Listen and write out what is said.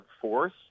force